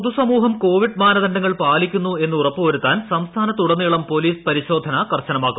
പൊതുസമൂഹം കോവിഡ് മാനദണ്ഡങ്ങൾ പാലിക്കുന്നു എന്ന് ഉറപ്പുവരുത്താൻ സംസ്ഥാനത്തുടനീളം പൊലീസ് പരിശോധന കർശനമാക്കും